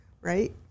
right